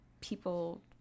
people